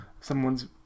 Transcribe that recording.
someone's